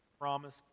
promise